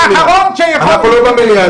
אנחנו לא במליאה.